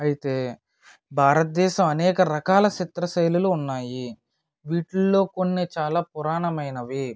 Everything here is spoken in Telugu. అయితే భారతదేశం అనేక రకాలా చిత్ర శైలులు ఉన్నాయి వీటిల్లో కొన్ని చాలా పురాణమైనవి